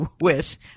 wish